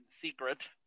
secret